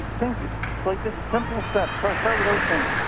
things like just simple steps, ah start with those things.